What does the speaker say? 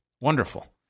Wonderful